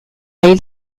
hil